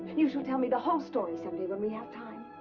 you shall tell me the whole story someday when we have time.